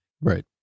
Right